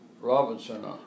Robinson